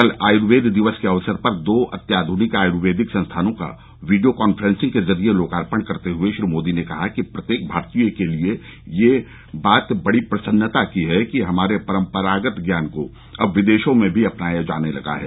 कल आयुर्वेद दिवस के अवसर पर दो अत्याध्रनिक आयुर्वेदिक संस्थानों का वीडियो काफ्रेंसिंग के जरिए लोकार्पण करते हुए श्री मोदी ने कहा कि प्रत्येक भारतीय के लिए यह बात बड़ी प्रसन्नता की है कि हमारे परंपरागत ज्ञान को अब विदेशों में भी अपनाया जाने लगा है